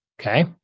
okay